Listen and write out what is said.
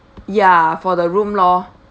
ya for the room lor